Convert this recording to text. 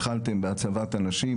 התחלתם בהצבת אנשים,